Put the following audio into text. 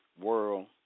world